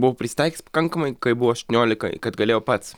buvau prisitaikęs pakankamai kai buvo aštuoniolika kad galėjau pats